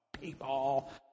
people